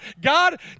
God